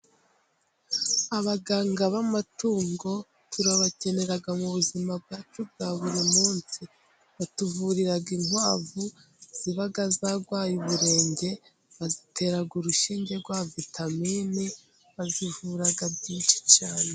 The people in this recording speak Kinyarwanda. Abaganga b'amatungo turabakenera mu buzima bwacu bwa buri munsi. Batuvurira inkwavu ziba zarwaye uburenge, bazitera urushinge rwa vitamine, bazivura byinshi cyane.